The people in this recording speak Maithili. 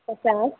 पचास